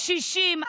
קשישים,